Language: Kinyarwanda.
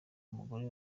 umugore